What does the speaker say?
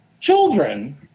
children